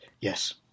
Yes